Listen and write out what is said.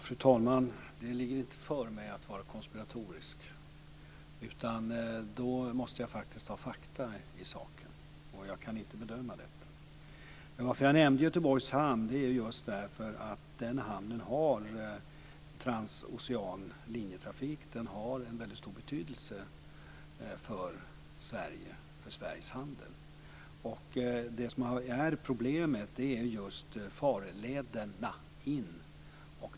Fru talman! Det ligger inte för mig att vara konspiratorisk. Jag måste faktiskt ha fakta i saken. Jag kan inte bedöma detta. Jag nämnde Göteborgs hamn just därför att den hamnen har transocean linjetrafik. Den har en väldigt stor betydelse för Sveriges handel. Det som är problemet är just farlederna in till hamnen.